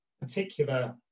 particular